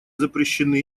запрещены